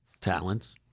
talents